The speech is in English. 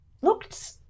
looked